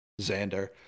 Xander